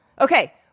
Okay